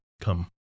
come